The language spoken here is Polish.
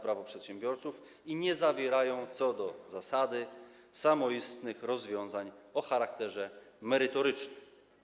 Prawo przedsiębiorców i nie zawierają co do zasady samoistnych rozwiązań o charakterze merytorycznym.